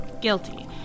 Guilty